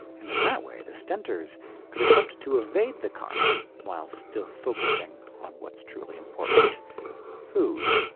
and in that way, the stentors could attempt to evade the carmine while still focusing on what's truly important food.